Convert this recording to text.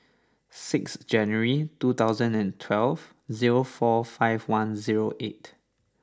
sixth January two thousand and twelve zero four five one zero eight